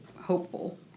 hopeful